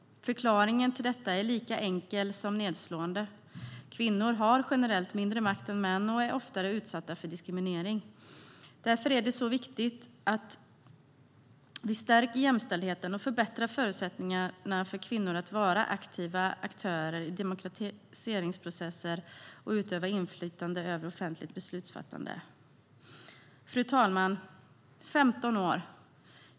Förklaringen till detta är lika enkel som nedslående: Kvinnor har generellt mindre makt än män och är oftare utsatta för diskriminering. Därför är det viktigt att vi stärker jämställdheten och förbättrar förutsättningarna för kvinnor att vara aktiva aktörer i demokratiseringsprocesser och att utöva inflytande över offentligt beslutsfattande. Fru talman!